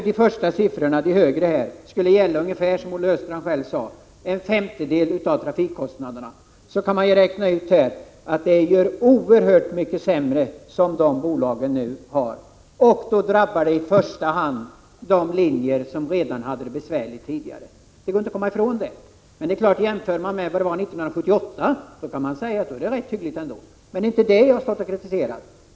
Om nu siffrorna skulle gälla, som Olle Östrand själv sade, ungefär en femtedel av trafikkostnaderna, kan man räkna ut att bolagen nu har det oerhört mycket sämre. Då drabbar det i första hand de linjer som hade det besvärligt redan tidigare. Det går inte att komma ifrån. Det är klart att jämför man med hur det var 1978, kan man säga att det är rätt hyggligt ändå, men det är inte detta jag har kritiserat.